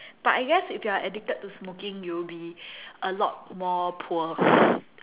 but I guess if you're addicted to smoking you'll be a lot more poor